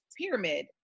pyramid